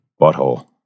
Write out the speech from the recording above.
Butthole